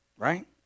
Right